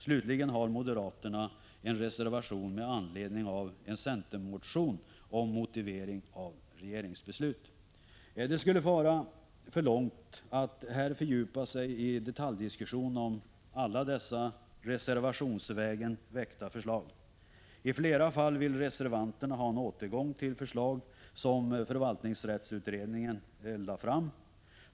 Slutligen har moderaterna en Det skulle föra för långt att här fördjupa sig i en detaljdiskussion om alla dessa reservationsvägen väckta förslag. I flera fall vill reservanterna ha en återgång till förslag som förvaltningsrättsutredningen lade fram.